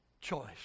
choice